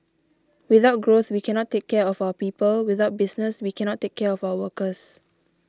without growth we cannot take care of our people without business we cannot take care of our workers